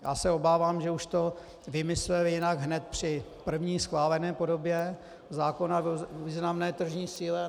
Já se obávám, že už to vymysleli jinak hned při první schválené podobě zákona o významné tržní síle.